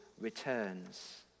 returns